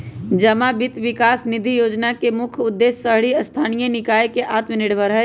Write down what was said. जमा वित्त विकास निधि जोजना के मुख्य उद्देश्य शहरी स्थानीय निकाय के आत्मनिर्भर हइ